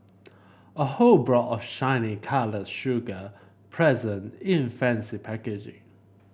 a whole block of shiny coloured sugar present in fancy packaging